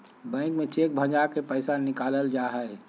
bank में cheque भंजा के पैसा निकालल जा हय